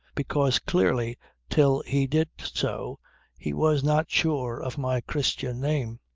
because clearly till he did so he was not sure of my christian name.